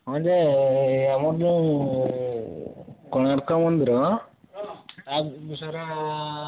ହଁ ଯେ ଆମର ଯେଉଁ କୋଣାର୍କ ମନ୍ଦିର ତା ବିଷୟରେ